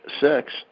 six